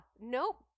nope